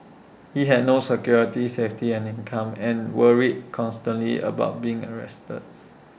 he had no security safety and income and worried constantly about being arrested